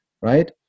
right